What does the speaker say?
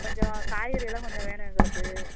கொஞ்சம் காய்கறியெல்லாம் கொஞ்சம் வேணும் எங்களுக்கு